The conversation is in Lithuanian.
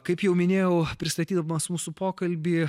kaip jau minėjau pristatydamas mūsų pokalbį